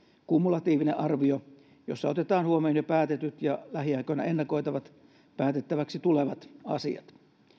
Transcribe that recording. kumulatiivinen arvio jossa otetaan huomioon jo päätetyt ja lähiaikoina ennakoitavat päätettäväksi tulevat asiat